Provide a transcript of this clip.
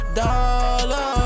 dollar